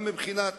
גם מבחינת